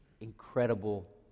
incredible